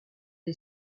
est